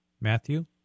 Matthew